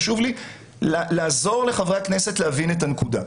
חשוב לי לעזור לחברי הכנסת להבין את הנקודה.